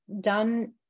done